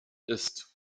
ist